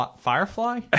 Firefly